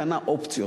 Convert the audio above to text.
קנה אופציות,